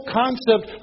concept